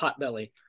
Potbelly